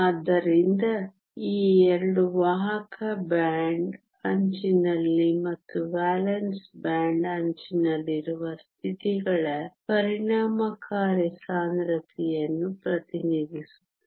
ಆದ್ದರಿಂದ ಈ 2 ವಾಹಕ ಬ್ಯಾಂಡ್ ಅಂಚಿನಲ್ಲಿ ಮತ್ತು ವೇಲೆನ್ಸ್ ಬ್ಯಾಂಡ್ ಅಂಚಿನಲ್ಲಿರುವ ಸ್ಥಿತಿಗಳ ಪರಿಣಾಮಕಾರಿ ಸಾಂದ್ರತೆಯನ್ನು ಪ್ರತಿನಿಧಿಸುತ್ತದೆ